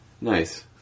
Nice